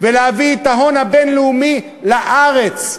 ולהביא את ההון הבין-לאומי לארץ,